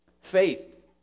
Faith